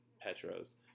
petros